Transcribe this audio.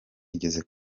igeze